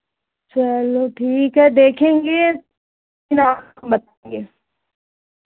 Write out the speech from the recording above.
चलो ठीक है देखेंगे फिर हम बताएंगे